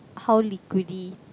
how liquidy